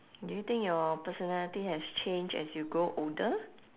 do you think your personality has changed as you grow older